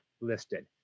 listed